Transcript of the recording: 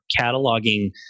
cataloging